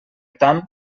tant